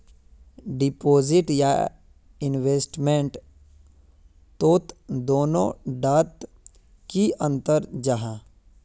Deposit या investment तोत दोनों डात की अंतर जाहा?